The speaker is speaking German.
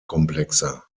komplexer